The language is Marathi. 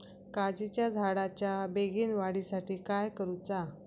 काजीच्या झाडाच्या बेगीन वाढी साठी काय करूचा?